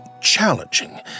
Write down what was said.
challenging